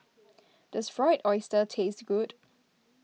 does Fried Oyster taste good